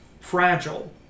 fragile